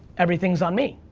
everything's on me,